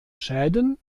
schäden